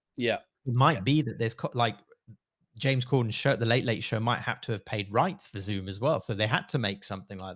yeah. it might be that there's like james corden's show, the late late show might have to have paid rights via zoom as well, so they had to make something like